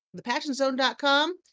thepassionzone.com